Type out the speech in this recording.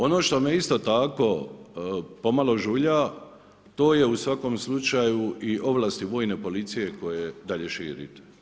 Ono što me isto tako pomalo žulja to je u svakom slučaju i ovlasti vojne policije koje dalje širite.